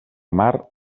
mar